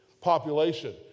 population